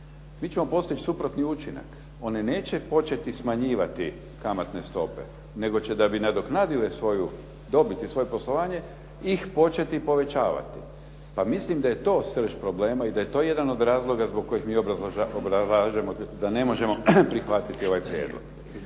mi ćemo postići suprotni učinak, one neće početi smanjivati kamatne stope, nego će da bi nadoknadile svoju dobit i svoje poslovanje, ih početi povećavati. Pa mislim da je to srž problema i da je to jedan od razloga zbog kojeg mi obrazlažemo da ne možemo prihvatiti ovaj prijedlog.